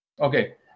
Okay